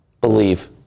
Believe